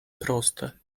proste